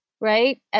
right